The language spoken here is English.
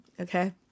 Okay